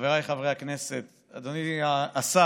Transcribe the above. חבריי חברי הכנסת, אדוני השר,